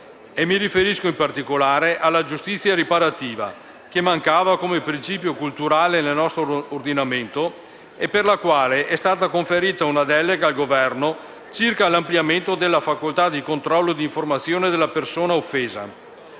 Mi riferisco in particolare alla giustizia riparativa, che mancava come principio culturale nel nostro ordinamento, per la quale è stata conferita una delega al Governo circa l'ampliamento della facoltà di controllo di informazione della persona offesa.